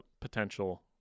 potential